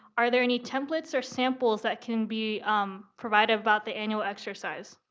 are there any templates or samples that can be um provided about the annual exercise?